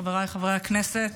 חבריי חברי הכנסת,